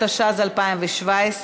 התשע"ז 2017,